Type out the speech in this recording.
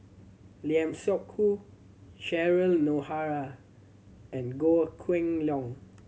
Lim Seok Hui Cheryl Noronha and Goh Kheng Long